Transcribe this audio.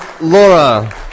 Laura